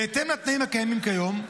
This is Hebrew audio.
בהתאם לתנאים הקיימים כיום,